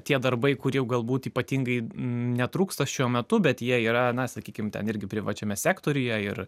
tie darbai kur jau galbūt ypatingai netrūksta šiuo metu bet jie yra na sakykim ten irgi privačiame sektoriuje ir